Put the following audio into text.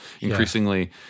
increasingly